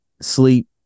sleep